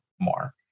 more